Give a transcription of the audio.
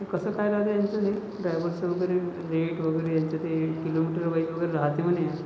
ते कसं काय राहतं ह्यांचं हे ड्रायव्हरचं वगैरे रेट वगैरे ह्यांचं ते हे किलोमीटर वाइज वगैरे राहते म्हणे